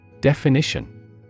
Definition